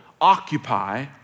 occupy